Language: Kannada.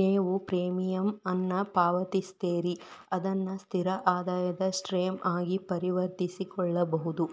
ನೇವು ಪ್ರೇಮಿಯಂ ಅನ್ನ ಪಾವತಿಸ್ತೇರಿ ಅದನ್ನ ಸ್ಥಿರ ಆದಾಯದ ಸ್ಟ್ರೇಮ್ ಆಗಿ ಪರಿವರ್ತಿಸಕೊಳ್ಬಹುದು